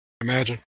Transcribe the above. imagine